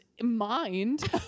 Mind